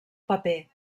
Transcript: paper